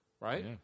right